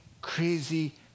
crazy